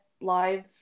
live